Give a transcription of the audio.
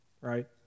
right